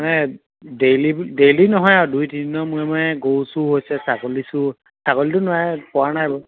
নে ডেইলী বুলি ডেইলী নহয় আৰু দুই তিনিদিনৰ মূৰে মূৰে গৰু চুৰ হৈছে ছাগলী চুৰ ছাগলীটো নোৱাৰে পৰা নাই বাৰু